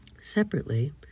Separately